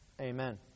Amen